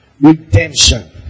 redemption